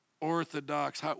Orthodox